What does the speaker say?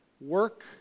work